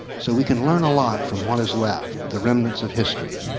so we can learn a lot from what is left, the remnants of history.